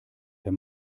der